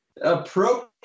Appropriate